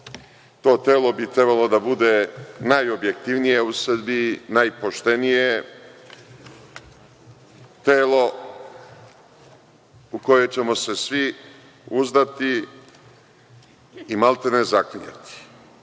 To telo bi trebalo da bude najobjektivnije u Srbiji, najpoštenije, telo u koje ćemo se svi uzdati i maltene zaklinjati.